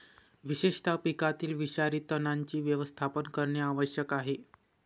विशेषतः पिकातील विषारी तणांचे व्यवस्थापन करणे आवश्यक आहे